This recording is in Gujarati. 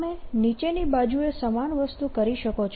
તમે નીચેની બાજુએ સમાન વસ્તુ કરી શકો છો